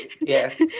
Yes